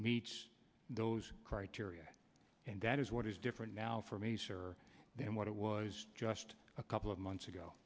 meets those criteria and that is what is different now for me sir than what it was just a couple of months ago